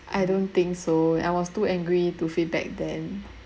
I don't think so I was too angry to feedback then